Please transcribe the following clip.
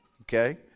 okay